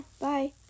bye